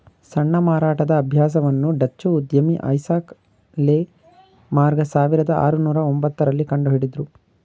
ಸಣ್ಣ ಮಾರಾಟದ ಅಭ್ಯಾಸವನ್ನು ಡಚ್ಚು ಉದ್ಯಮಿ ಐಸಾಕ್ ಲೆ ಮಾರ್ಗ ಸಾವಿರದ ಆರುನೂರು ಒಂಬತ್ತ ರಲ್ಲಿ ಕಂಡುಹಿಡುದ್ರು